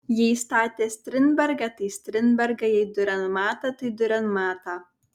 jei statė strindbergą tai strindbergą jei diurenmatą tai diurenmatą